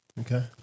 Okay